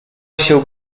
się